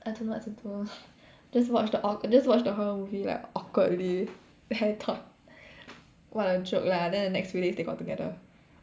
I don't know what to do ah just watch the hor~ just watch the horror movie like awkwardly then I thought what a joke lah then the next few days they got together